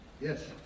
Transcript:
yes